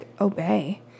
obey